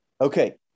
Okay